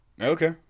Okay